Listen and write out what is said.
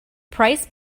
price